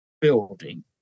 building